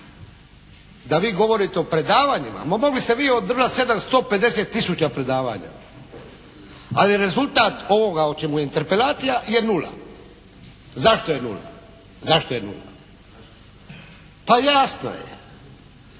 da vi govorite o predavanjima, ma mogli ste vi održati 750 tisuća predavanja. Ali rezultat ovoga o čemu je Interpelacija je nula. Zašto je nula, zašto je nula? Pa jasno je.